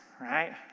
Right